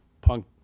punk